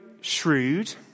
shrewd